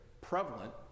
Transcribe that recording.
prevalent